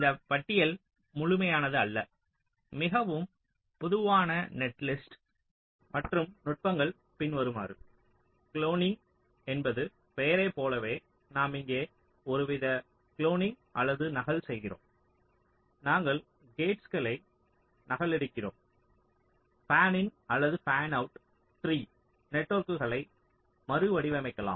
இந்த பட்டியல் முழுமையானது அல்ல மிகவும் பொதுவான நெட்லிஸ்ட் மாற்றும் நுட்பங்கள் பின்வருமாறு குளோனிங் என்பது பெயரைப் போலவே நாம் இங்கே ஒருவித குளோனிங் அல்லது நகல் செய்கிறோம் நாங்கள் கேட்ஸ்களை நகலெடுக்கிறோம் ஃபானின் அல்லது ஃபேன்அவுட் ட்ரீ நெட்வொர்க்குகளை மறுவடிவமைக்கலாம்